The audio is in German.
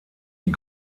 die